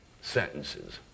sentences